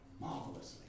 marvelously